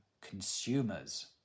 consumers